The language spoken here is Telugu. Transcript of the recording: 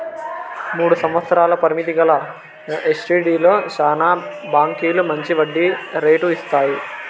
మూడు సంవత్సరాల పరిమితి గల ఎస్టీడీలో శానా బాంకీలు మంచి వడ్డీ రేటు ఇస్తాయి